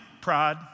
Pride